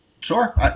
Sure